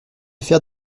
faire